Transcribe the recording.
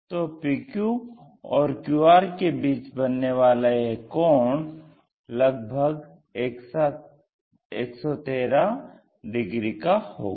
तो PQ और QR के बीच बनने वाला यह कोण लगभग 113 डिग्री का होगा